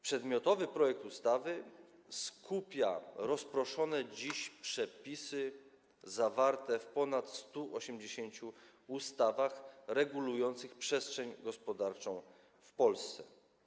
Przedmiotowa ustawa skupia rozproszone dziś przepisy zawarte w ponad 180 ustawach regulujących przestrzeń gospodarczą w Polsce.